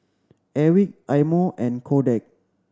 Airwick Eye Mo and Kodak